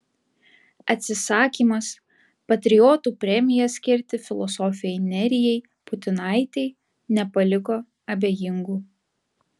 atsisakymas patriotų premiją skirti filosofei nerijai putinaitei nepaliko abejingų